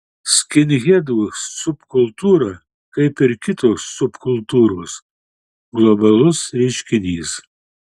skinhedų subkultūra kaip ir kitos subkultūros globalus reiškinys